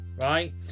right